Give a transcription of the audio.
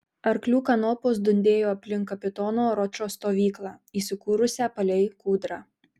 arklių kanopos dundėjo aplink kapitono ročo stovyklą įsikūrusią palei kūdrą